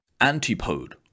antipode